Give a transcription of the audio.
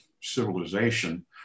civilization